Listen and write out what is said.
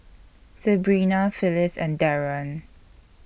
Sebrina Phyliss and Darrion